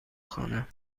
خوانم